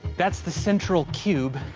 that's the central cube.